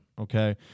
Okay